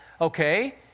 okay